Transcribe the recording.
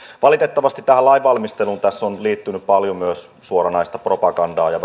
valitettavasti tähän lainvalmisteluun on liittynyt paljon myös suoranaista propagandaa ja